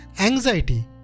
Anxiety